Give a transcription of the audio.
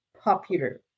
popular